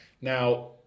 Now